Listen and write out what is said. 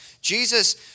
Jesus